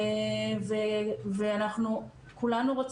להכניס ואנחנו כולנו,